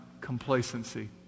complacency